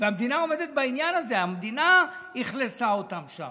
והמדינה עומדת בעניין הזה, המדינה אכלסה שם.